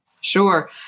Sure